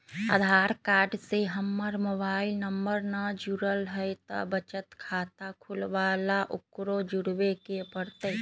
आधार card से हमर mobile number न जुरल है त बचत खाता खुलवा ला उकरो जुड़बे के पड़तई?